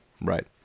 right